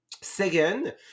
Second